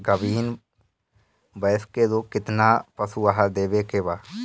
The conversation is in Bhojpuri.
गाभीन भैंस के रोज कितना पशु आहार देवे के बा?